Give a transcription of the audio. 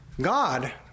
God